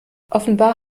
offenbar